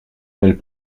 mêle